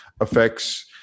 affects